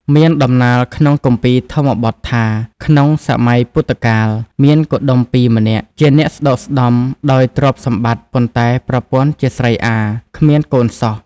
មានដំណាលក្នុងគម្ពីរធម្មបទថា ក្នុងសម័យពុទ្ធកាល មានកុដុម្ពីក៍ម្នាក់ ជាអ្នកស្តុកស្តម្ភដោយទ្រព្យសម្បត្តិ ប៉ុន្តែ ប្រពន្ធជាស្រីអារ គ្មានកូនសោះ។